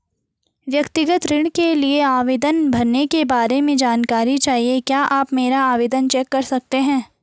व्यक्तिगत ऋण के लिए आवेदन भरने के बारे में जानकारी चाहिए क्या आप मेरा आवेदन चेक कर सकते हैं?